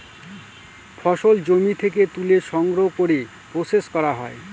ফসল জমি থেকে তুলে সংগ্রহ করে প্রসেস করা হয়